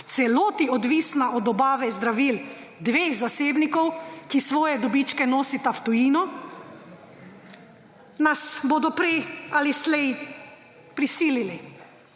v celoti odvisna od dobave zdravil dveh zasebnikov, ki svoje dobičke nosita v tujino, nas bodo prej ali slej prisilili,